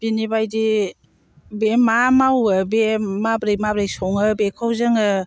बिनि बायदि बे मा मावो बे माबोरै माबोरै सङो बेखौ जोङो